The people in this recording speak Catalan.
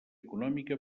econòmica